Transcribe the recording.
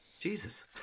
Jesus